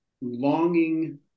longing